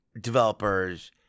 developers